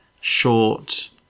short